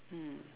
hmm